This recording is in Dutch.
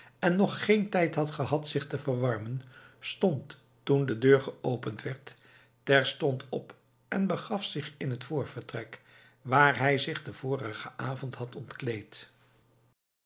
en nog geen tijd had gehad zich te verwarmen stond toen de deur geopend werd terstond op en begaf zich in het voorvertrek waar hij zich den vorigen avond had ontkleed